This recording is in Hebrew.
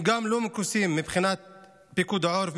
הם גם לא מכוסים מבחינת פיקוד העורף,